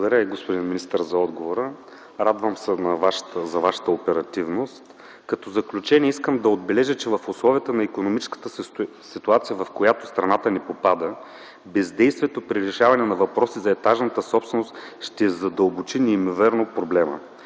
отговора, господин министър. Радвам се за Вашата оперативност. Като заключение искам да отбележа, че в условията на икономическата ситуация, в която попада страната ни, бездействието при решаването на въпросите за етажната собственост ще задълбочи неимоверно проблема.